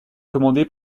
commandé